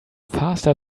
faster